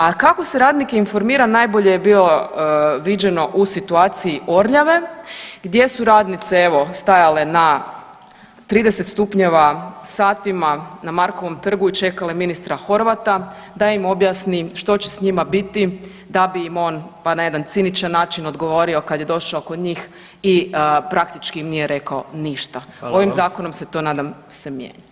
A kako se radnike informira, najbolje je bilo viđeno u situaciji Orljave, gdje su radnice evo, stajale na 30 stupnjeva satima na Markovom trgu i čekale ministra Horvata, da im objasni što će s njima biti da bi im on, pa na jedan ciničan način odgovorio kad je došao kod njih i praktički im nije rekao ništa [[Upadica: Hvala vam.]] Ovim zakonom se to, nadam se, mijenja.